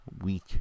week